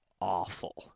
awful